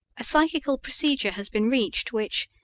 a psychical procedure has been reached which,